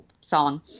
song